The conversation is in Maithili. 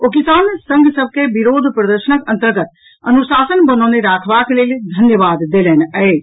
ओ किसान संघ सभ के विरोध प्रदर्शनक अंतर्गत अनुशासन बनौने राखबाक लेल धन्यवाद देलनि अछि